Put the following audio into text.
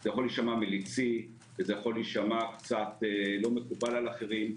זה יכול להישמע מליצי ולא מקובל על אחרים,